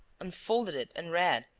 unfolded it and read,